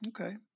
Okay